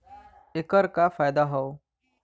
ऐकर का फायदा हव?